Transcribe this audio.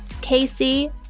Casey